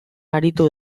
aritu